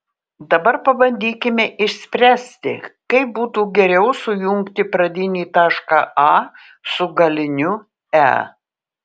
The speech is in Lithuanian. dabar pabandykime išspręsti kaip būtų geriau sujungti pradinį tašką a su galiniu e